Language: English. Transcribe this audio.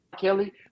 Kelly